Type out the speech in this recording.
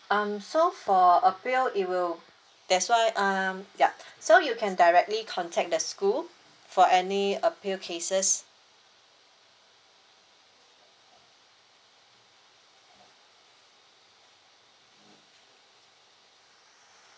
um so for appeal it will that's why um yup so you can directly contact the school for any appeal cases